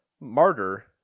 Martyr